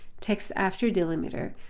text after delimiter,